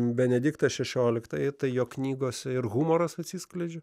benediktas šešioliktąjį tai jo knygose ir humoras atsiskleidžia